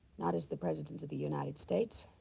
not as the president of the united states.